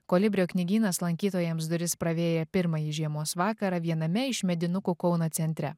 kolibrio knygynas lankytojams duris pravėrė pirmąjį žiemos vakarą viename iš medinukų kauno centre